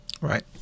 Right